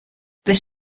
this